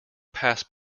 passed